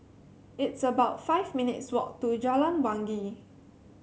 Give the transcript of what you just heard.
it's about five minutes' walk to Jalan Wangi